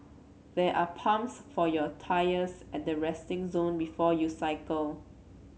there are pumps for your tyres at the resting zone before you cycle